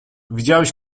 widziałeś